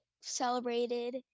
celebrated